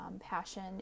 passion